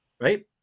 right